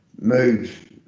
move